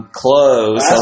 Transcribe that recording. close